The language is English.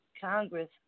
Congress